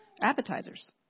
appetizers